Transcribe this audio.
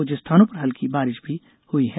कुछ स्थानों पर हल्की बारिश भी हुई है